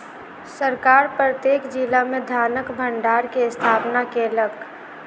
सरकार प्रत्येक जिला में धानक भण्डार के स्थापना केलक